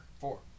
Four